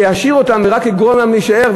שישאיר אותם ורק יגרום להם להישאר,